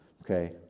okay